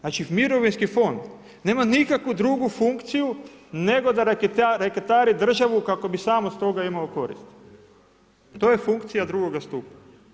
Znači mirovinski fond nema nikakvu drugu funkciju nego da raketari državi kako bi sam od toga imao koristi, to je funkcija drugoga stupnja.